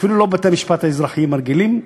אפילו לא בתי-המשפט האזרחיים הרגילים,